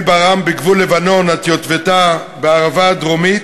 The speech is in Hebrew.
מברעם בגבול לבנון עד יוטבתה בערבה הדרומית,